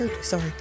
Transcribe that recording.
sorry